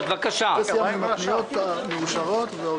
מה עם השאר?